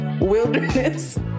wilderness